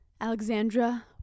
Alexandra